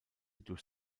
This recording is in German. durch